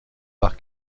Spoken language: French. par